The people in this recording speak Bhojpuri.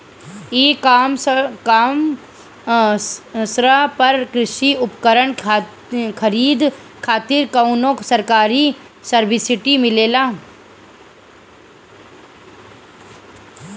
ई कॉमर्स पर कृषी उपकरण खरीदे खातिर कउनो सरकारी सब्सीडी मिलेला?